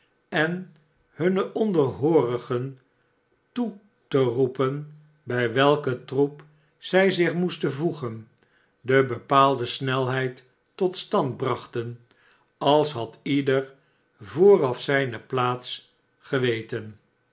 en hunne onderhoorigen toe te roepen bij welken troep zij zich moesten voegen de bepaalde snelheid tot stand brachten als had ieder vooraf zijne plaats